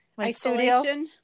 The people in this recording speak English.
isolation